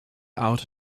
out